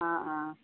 অঁ অঁ